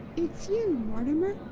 it's you, mortimer.